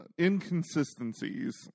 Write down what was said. inconsistencies